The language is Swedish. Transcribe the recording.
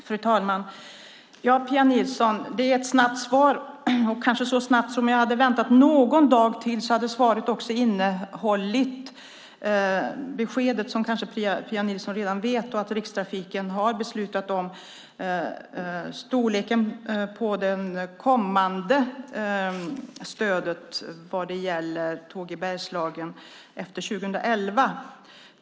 Fru talman! Det är ett snabbt svar, och om jag hade väntat någon dag till hade svaret också innehållit det besked som Pia Nilsson kanske redan har fått, nämligen att Rikstrafiken har beslutat om storleken på det kommande stödet till Tåg i Bergslagen efter 2011.